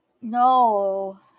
No